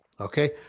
Okay